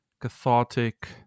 cathartic